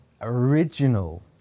original